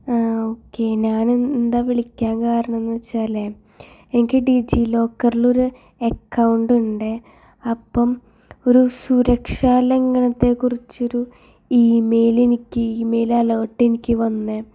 ആഹ് okay നാന് എന്താ വിളിക്കാൻ കാരണം എന്ന് വച്ചാലെ എനിക്ക് ഡിജി ലോക്കറിൽ ഒരു അക്കൗണ്ടുണ്ട് അപ്പം ഒരു സുരാക്ഷാലങ്ങനത്തെ കുറിച്ചൊരു ഈമെയിൽ എനിക്ക് ഈമെയിലലേർട്ട് എനിക്ക് വന്നെ